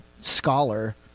scholar